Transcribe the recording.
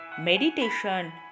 meditation